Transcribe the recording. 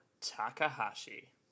Takahashi